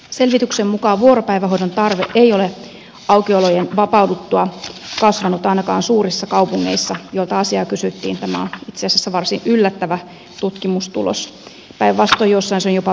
selvityksen mukaan vuoropäivähoidon tarve ei ole aukiolojen vapauduttua kasvanut ainakaan suurissa kaupungeissa joilta asiaa kysyttiin tämä on itse asiassa varsin yllättävä tutkimustulos päinvastoin joissain se on jopa vähentynyt